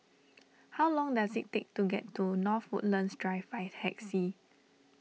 how long does it take to get to North Woodlands Drive by taxi